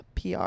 PR